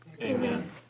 Amen